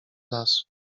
lasu